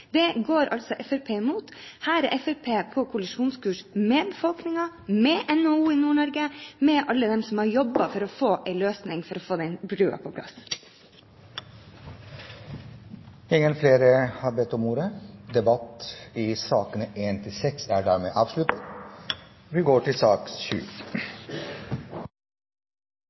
Det går altså Fremskrittspartiet imot. Her er Fremskrittspartiet på kollisjonskurs med befolkningen, med NHO i Nord-Norge og med alle dem som har jobbet for å få til en løsning for å få den brua på plass. Flere har ikke bedt om ordet til sakene nr. 1–6. Etter ønske fra transport- og kommunikasjonskomiteen vil presidenten foreslå at taletiden begrenses til